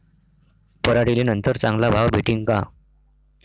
पराटीले नंतर चांगला भाव भेटीन का?